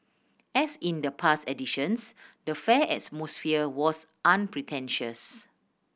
as in the past editions the fair is atmosphere was unpretentious